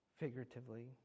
figuratively